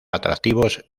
atractivos